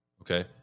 Okay